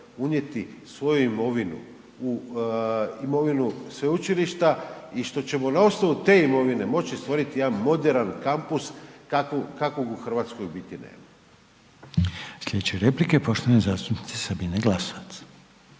unijeti svoju imovinu u imovinu sveučilišta i što ćemo na osnovu te imovine moći stvoriti jedan moderan kampus kakvog u Hrvatskoj u biti nema. **Reiner, Željko (HDZ)** Slijedeća je replika poštovane zastupnice Sabine Glasovac.